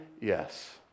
Yes